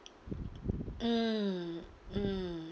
mm mm